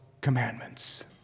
commandments